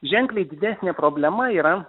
ženkliai didesnė problema yra